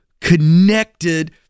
connected